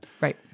Right